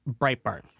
Breitbart